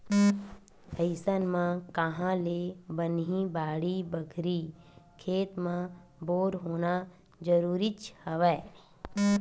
अइसन म काँहा ले बनही बाड़ी बखरी, खेत म बोर होना जरुरीच हवय